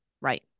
right